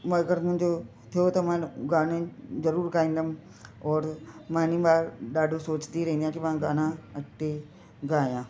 मगरि मुंहिंजो थियो त मां गाना ज़रूर गाईंदमि और मां इन्हीअ बा ॾढो सोचदी रहंदी आहियां की मां गाना अॻिते गाया